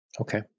Okay